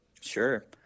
Sure